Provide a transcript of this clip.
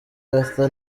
arthur